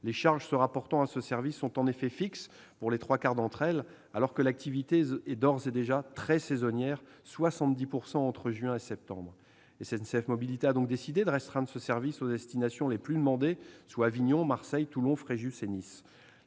Les charges se rapportant à ce service sont, en effet, fixes pour les trois quarts d'entre elles, alors que l'activité est d'ores et déjà très saisonnière- elle se concentre à 70 % entre juin et septembre. SNCF Mobilités a donc décidé de restreindre le service aux destinations les plus demandées, soit Avignon, Marseille, Toulon, Fréjus et Nice.